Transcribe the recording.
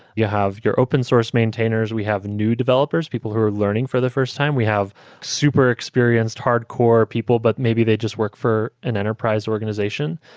have your open source maintainers. we have new developers, people who are learning for the first time. we have super experienced, hardcore people, but maybe they just work for an enterprise organization.